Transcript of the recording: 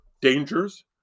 dangers